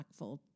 impactful